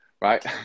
right